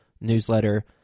newsletter